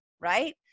Right